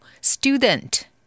Student